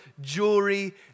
jewelry